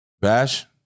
Bash